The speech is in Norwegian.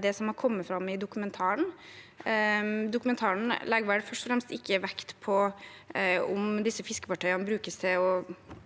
det som er kommet fram i dokumentaren. Dokumentaren legger vel ikke først og fremst vekt på om disse fiskefartøyene brukes til å frakte